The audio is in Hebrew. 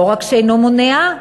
לא רק שאינו מונע,